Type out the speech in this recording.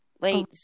late